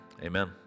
Amen